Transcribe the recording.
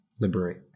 liberate